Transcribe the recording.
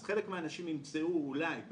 אז חלק מהאנשים ימצאו אולי,